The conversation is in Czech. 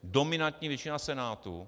Dominantní většina Senátu.